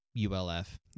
ULF